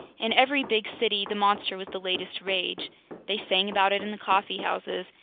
in every big city the monster was the latest rage they sang about it in the coffee houses,